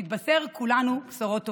שנתבשר כולנו בשורות טובות.